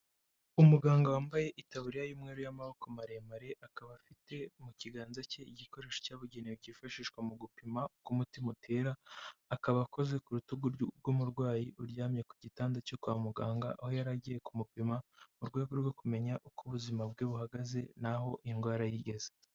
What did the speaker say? Umuganga wambaye itaburiya y'umweru y'amaboko maremare, akaba afite mu kiganza cye igikoresho cyabugenewe cyifashishwa mu gupima uko umutima utera, akaba akoze ku rutugu rw'umurwayi uryamye ku gitanda cyo kwa muganga, aho yari agiye kumupima mu rwego rwo kumenya uko ubuzima bwe buhagaze naho indwara ye igeze.